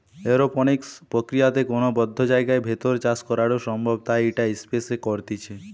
aeroponics প্রক্রিয়াতে কোনো বদ্ধ জায়গার ভেতর চাষ করাঢু সম্ভব তাই ইটা স্পেস এ করতিছে